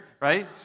Right